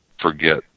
forget